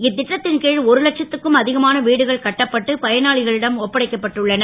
இத் ட்டத் ன் கி ஒரு லட்சத்துக்கும் அ கமான வீடுகள் கட்டப்பட்டு பயனாளிகளிடம் ஒப்படைக்கப்பட்டு உள்ளன